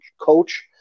coach